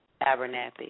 Abernathy